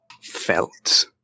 Felt